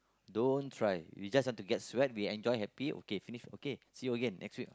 don't try you just have to get swag you enjoy happy okay see you again next week